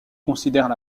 considèrent